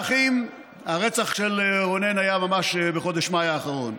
הרצח של רונן היה ממש בחודש מאי האחרון.